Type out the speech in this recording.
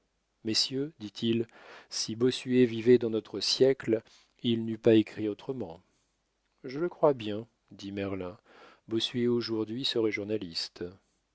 messieurs dit-il si bossuet vivait dans notre siècle il n'eût pas écrit autrement je le crois bien dit merlin bossuet aujourd'hui serait journaliste